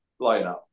lineup